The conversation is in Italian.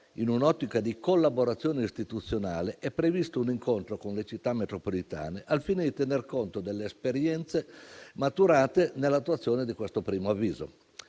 in un'ottica di collaborazione istituzionale, è previsto un incontro con le Città metropolitane al fine di tener conto delle esperienze maturate nell'attuazione di questo primo avviso.